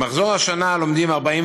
במחזור השנה לומדים 45,